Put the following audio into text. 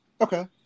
Okay